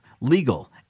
legal